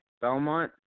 Belmont